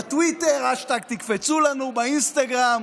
בטוויטר, האשטאג תקפצו לנו, באינסטגרם,